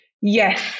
Yes